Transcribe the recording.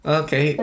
okay